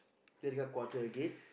then you cut quarter again